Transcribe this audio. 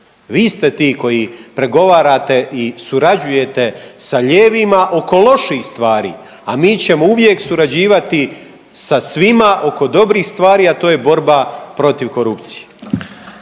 Vi ste ti koji pregovarate i surađujete sa lijevima oko loših stvari, a mi ćemo uvijek surađivati sa svima oko dobrih stvari, a to je borba protiv korupcije.